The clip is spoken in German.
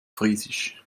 friesisch